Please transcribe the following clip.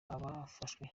abafashwe